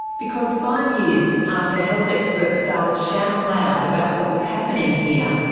because five years after health experts started shouting loud about what was happening here,